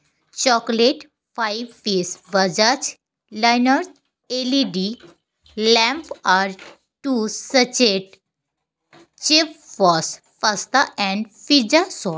chocolate five piece Bajaj liners L E D lamp R two sachet chip ᱯᱚᱥ pasta and pizza sauce